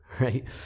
right